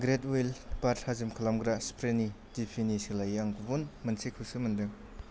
ग्लेडवेल्द बार थाजिम खालामग्रा स्प्रेनि दिपिनि सोलायै आं गुबुन मोनसेखौसो मोनदों